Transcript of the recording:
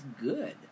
good